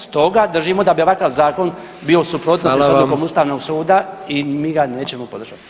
Stoga držimo da bi ovakav zakon bio u suprotnosti [[Upadica predsjednik: Hvala vam.]] s odlukom ustavnog suda i mi ga nećemo podržati.